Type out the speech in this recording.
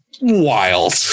wild